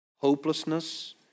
hopelessness